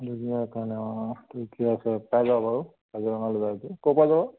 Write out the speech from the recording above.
দুদিনৰ কাৰণে অঁ ঠিকে আছে পাই যাব বাৰু কাজিৰঙালৈ যায় যদি ক'ৰ পৰা যাব